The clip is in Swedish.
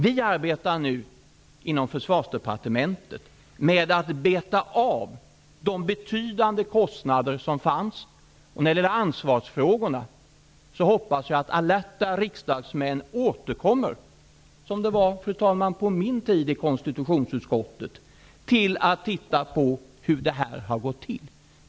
Vi arbetar nu inom Försvarsdepartementet med att beta av de betydande kostnader som fanns. När det gäller ansvarsfrågorna hoppas jag att alerta riksdagsmän återkommer -- som det var på min tid i konstitutionsutskottet -- till att titta på hur det här har gått till.